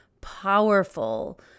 powerful